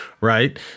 right